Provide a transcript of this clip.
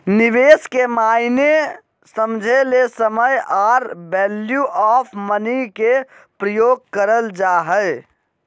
निवेश के मायने समझे ले समय आर वैल्यू ऑफ़ मनी के प्रयोग करल जा हय